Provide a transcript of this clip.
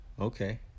okay